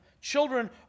Children